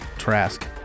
trask